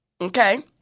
okay